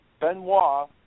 Benoit